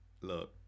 look